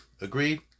agreed